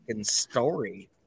story